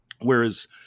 Whereas